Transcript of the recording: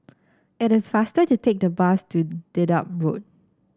it is faster to take the bus to Dedap Road